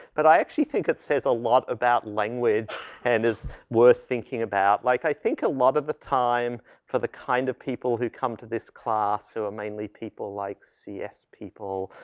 but i actually think it says a lot about language and is worth thinking about. like i think a lot of the time for the kind of people who come to this class who are mainly people like cs people,